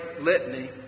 litany